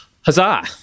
Huzzah